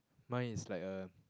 mine is like a